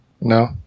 No